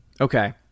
Okay